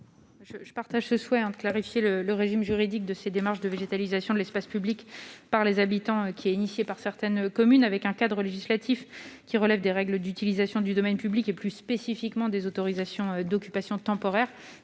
Je partage le souhait de clarifier le régime juridique des démarches de végétalisation de l'espace public, qui sont mises en place par certaines communes. Ce cadre législatif, qui relève des règles d'utilisation du domaine public et, plus spécifiquement, du régime des autorisations d'occupation temporaire,